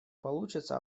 получится